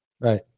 Right